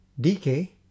decay